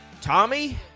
Tommy